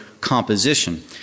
composition